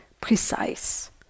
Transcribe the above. precise